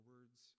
words